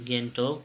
Gangtok